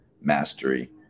mastery